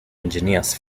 engineers